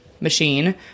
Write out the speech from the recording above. machine